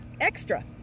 extra